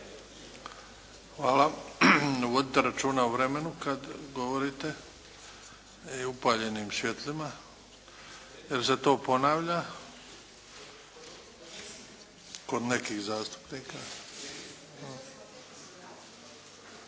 Hvala. Vodite računa o vremenu kada govorite i upaljenim svjetlima, jer se to ponavlja kod nekih zastupnika.